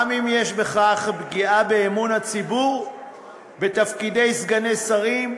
גם אם יש בכך פגיעה באמון הציבור בתפקידי סגני שרים?